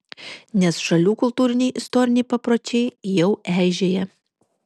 nes šalių kultūriniai istoriniai papročiai jau eižėja